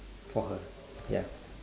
for her ya